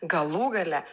galų gale